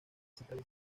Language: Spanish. central